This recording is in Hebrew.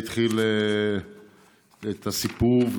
הוא התחיל את הסיפור,